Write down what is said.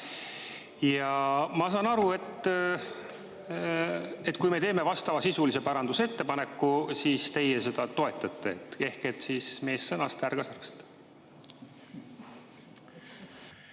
Ma saan aru, et kui me teeme vastavasisulise parandusettepaneku, siis teie seda toetate, ehk siis meest sõnast, härga sarvest.